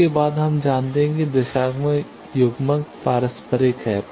इसके बाद हम जानते हैं कि दिशात्मक युग्मक पारस्परिक है